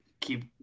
keep